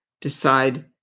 decide